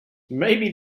maybe